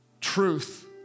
truth